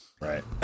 Right